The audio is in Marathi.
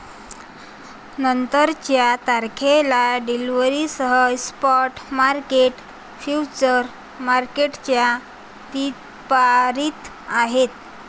नंतरच्या तारखेला डिलिव्हरीसह स्पॉट मार्केट फ्युचर्स मार्केटच्या विपरीत आहे